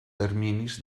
terminis